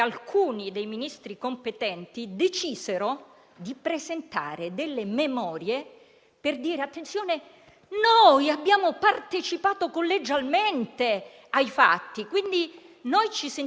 Negli altri due casi non ci sono state analoghe memorie, ma ci sono ampie dichiarazioni pubbliche, che ho richiamato anche nel precedente intervento. Eppure, nulla.